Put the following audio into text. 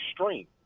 extreme